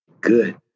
good